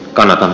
kanada